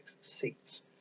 seats